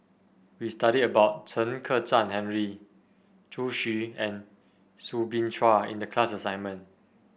we study about Chen Kezhan Henri Zhu Xu and Soo Bin Chua in the class assignment